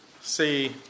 see